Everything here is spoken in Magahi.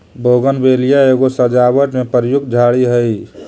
बोगनवेलिया एगो सजावट में प्रयुक्त झाड़ी हई